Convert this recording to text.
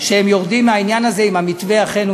שהם יורדים מהעניין הזה אם המתווה אכן הוא